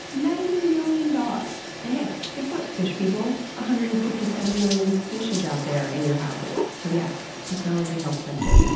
ninety million dogs! and hey, guess what, fish people! one ah hundred and fifty seven million fishes out there in your houses. so yes, technology helps them too.